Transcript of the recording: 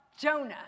Jonah